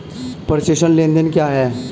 प्रेषण लेनदेन क्या है?